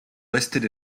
listed